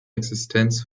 existenz